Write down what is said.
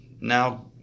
Now